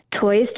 Toys